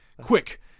Quick